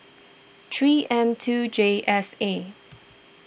three M two J S A